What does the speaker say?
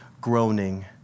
groaning